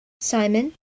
Simon